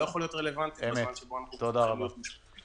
לא יכולות להיות רלוונטיות בזמן שבו אנחנו מוכרחים להיות מושבתים.